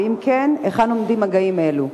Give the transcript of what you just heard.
2. אם כן, היכן עומדים מגעים אלה?